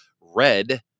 Red